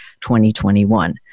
2021